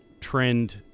trend